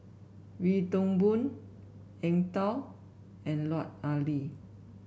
Wee Toon Boon Eng Tow and Lut Ali